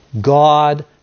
God